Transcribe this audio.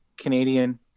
Canadian